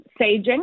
saging